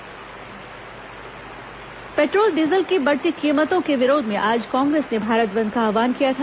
Bharat bandh petrol diesel की बढ़ती कीमतों के विरोध में आज कांग्रेस ने भारत बंद का आव्हान किया था